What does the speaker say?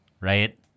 Right